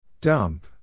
Dump